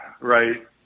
right